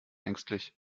ängstlich